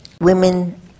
women